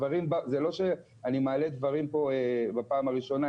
זה לא שאני מעלה דברים פה בפעם הראשונה,